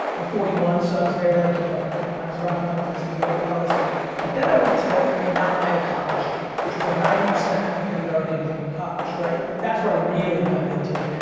i'm forty one so i was there like, you know i was rockin' my beastie boys and all this but then i went to mount ida college which was a ninety percent african american college, right? and that's where i really got into it.